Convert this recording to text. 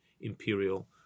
imperial